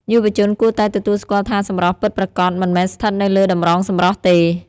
យុវជនគួរតែទទួលស្គាល់ថាសម្រស់ពិតប្រាកដមិនមែនស្ថិតនៅលើតម្រងសម្រស់ទេ។